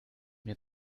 mir